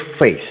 face